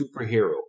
superhero